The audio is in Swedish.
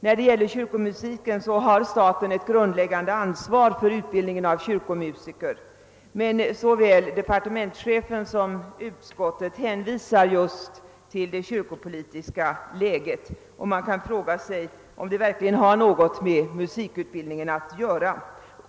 När det gäller kyrkomusiken har staten ett grundläggande ansvar för utbildningen av kyrkomusiker, men såväl departementschefen som utskottet hänvisar just till det kyrkopolitiska läget. Man kan emellertid fråga sig om detta verkligen har något med musikutbildningen att göra.